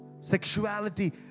sexuality